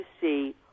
see